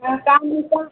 ताहिमे तऽ